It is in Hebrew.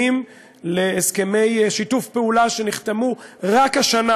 להסכמי שיתוף פעולה שנחתמו רק השנה.